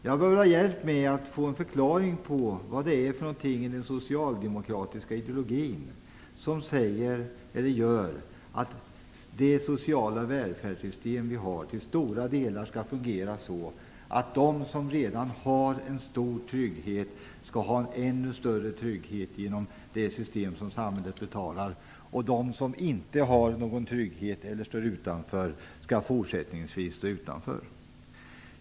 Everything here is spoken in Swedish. Jag behöver hjälp med att få förklarat vad det är i den socialdemokratiska ideologin som gör att det sociala välfärdssystem som vi har till stora delar skall fungera så, att de som redan har en stor trygghet skall få en ännu större trygghet genom samhällets välfärdssystem, medan de som inte har någon trygghet också fortsättningsvis skall stå utanför systemet.